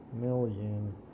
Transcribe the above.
million